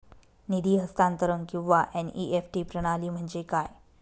निधी हस्तांतरण किंवा एन.ई.एफ.टी प्रणाली म्हणजे काय?